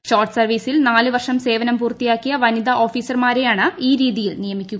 short സർവ്വീസിൽ നാല് വർഷം സേവനം പൂർത്തിയാക്കിയ വനിത് ഓഫീസർമാരെയാണ് ഈ രീതിയിൽ നിയമിക്കുക